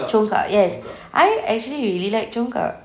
congkak yes I actually really like congkak